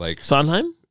Sondheim